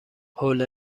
حوله